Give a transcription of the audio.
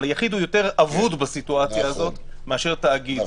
אבל יחיד יותר אבוד בסיטואציה הזאת מאשר תאגיד.